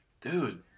dude